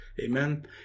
Amen